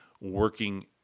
working